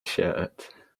shirt